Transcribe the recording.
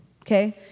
okay